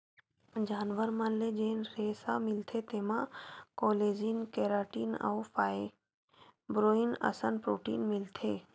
जानवर मन ले जेन रेसा मिलथे तेमा कोलेजन, केराटिन अउ फाइब्रोइन असन प्रोटीन मिलथे